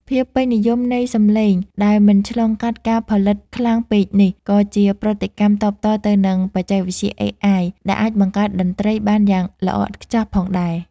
ភាពពេញនិយមនៃសម្លេងដែលមិនឆ្លងកាត់ការផលិតខ្លាំងពេកនេះ ក៏ជាប្រតិកម្មតបតទៅនឹងបច្ចេកវិទ្យា AI ដែលអាចបង្កើតតន្ត្រីបានយ៉ាងល្អឥតខ្ចោះផងដែរ។